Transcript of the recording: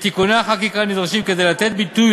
את תיקוני החקיקה הנדרשים כדי לתת ביטוי